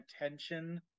attention